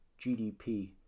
GDP